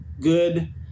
good